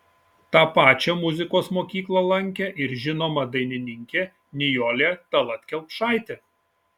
tą pačią muzikos mokyklą lankė ir žinoma dainininkė nijolė tallat kelpšaitė